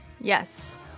Yes